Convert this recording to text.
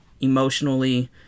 emotionally